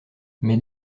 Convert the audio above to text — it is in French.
mais